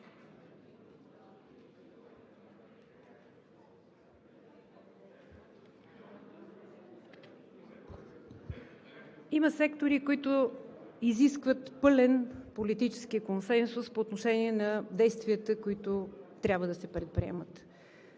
Има сектори, които изискват пълен политически консенсус по отношение на действията, които трябва да се предприемат.